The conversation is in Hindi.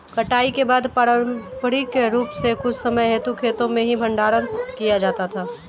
कटाई के बाद पारंपरिक रूप से कुछ समय हेतु खेतो में ही भंडारण किया जाता था